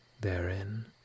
therein